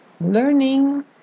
learning